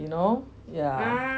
you know yeah